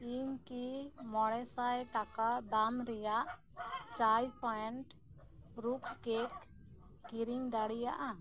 ᱤᱧ ᱠᱤ ᱢᱚᱬᱮ ᱥᱟᱭ ᱴᱟᱠᱟ ᱫᱟᱢ ᱨᱮᱭᱟᱜ ᱪᱟᱭ ᱯᱚᱭᱮᱱᱴ ᱨᱩᱥᱠ ᱠᱮᱠ ᱠᱤᱨᱤᱧ ᱫᱟᱲᱮᱭᱟᱜᱼᱟ